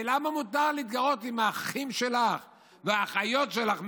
ולמה מותר להתגרות באחים שלך והאחיות שלך,